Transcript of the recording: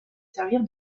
servir